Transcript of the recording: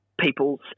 people's